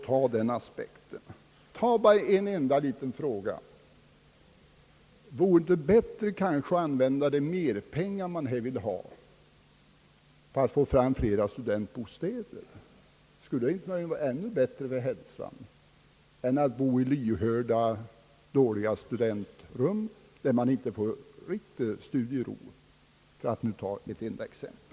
Vore det kanske bättre att använda de merpengar man vill ha för att få fram flera studentbostäder? Skulle det inte vara bättre för hälsan än lyhörda, dåliga studentrum, där man inte får riktig studiero, för att ta ett enda exempel?